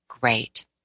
great